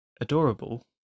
adorable